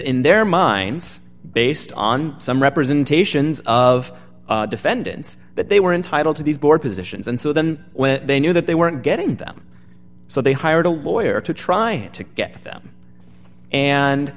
in their minds based on some representations of defendants that they were entitled to these board positions and so then when they knew that they weren't getting them so they hired a lawyer to try to get them and